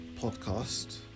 podcast